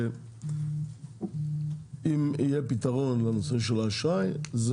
זה שאם יהיה פתרון לנושא של האשראי זה